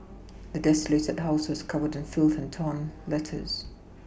the desolated house was covered in filth and torn letters